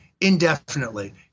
indefinitely